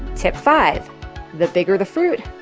tip five the bigger the fruit,